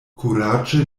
kuraĝe